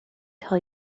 tell